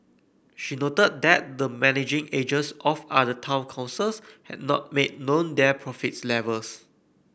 she noted that the managing agents of other town councils had not made known their profit levels